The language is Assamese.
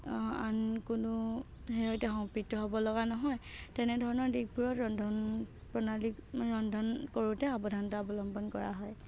আন কোনো হেৰিৰ সৈতে সম্প্ৰীত হ'ব লগা নহয় তেনেধৰণৰ দিশবোৰত ৰন্ধন প্ৰণালী ৰন্ধন কৰোঁতে সাৱধানতা অৱলম্বন কৰা হয়